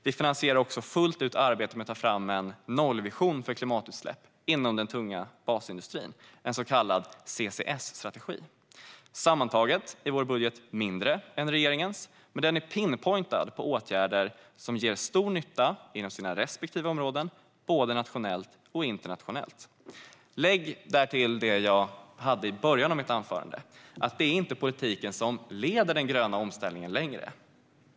Vi finansierar också fullt ut arbetet med att ta fram en nollvision för klimatutsläpp inom den tunga basindustrin, en så kallad CCS-strategi. Sammantaget är vår budget mindre än regeringens, men den är pinpointad på åtgärder som ger stor nytta inom sina respektive områden - både nationellt och internationellt. Lägg därtill det jag sa i början av mitt anförande, att det inte längre är politiken som leder den gröna omställningen.